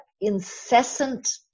incessant